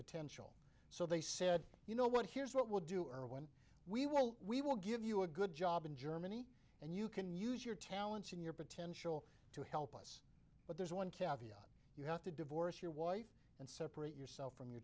potential so they said you know what here's what we'll do and when we will we will give you a good job in germany and you can use your talents in your potential to help us but there's one kavya you have to divorce your wife and separate yourself from your